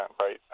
right